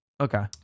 okay